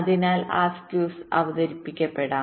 അതിനാൽ ആ skews അവതരിപ്പിക്കപ്പെടാം